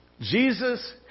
Jesus